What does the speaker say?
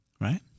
Right